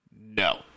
No